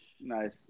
nice